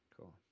Cool